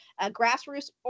Grassroots